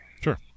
Sure